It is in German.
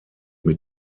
mit